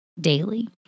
daily